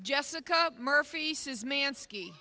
jessica murphy says mansk